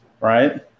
right